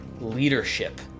leadership